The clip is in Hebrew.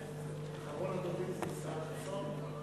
אחרון הדוברים זה ישראל חסון?